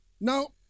Now